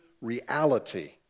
reality